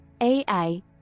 AI